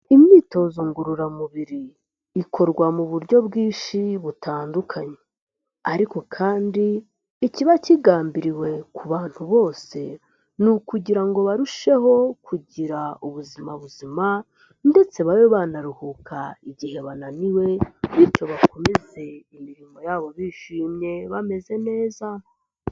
Imyitozo ngororamubiri, ikorwa mu buryo bwinshi butandukanye ariko kandi ikiba kigambiriwe ku bantu bose ni ukugira ngo barusheho kugira ubuzima buzima ndetse babe banaruhuka igihe bananiwe, bityo bakomeze imirimo yabo bishimye bameze neza.